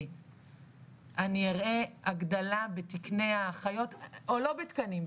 אני אראה הגדלה בתקני האחיות או לא בתקנים,